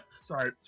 Sorry